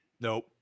Nope